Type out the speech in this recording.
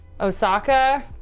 Osaka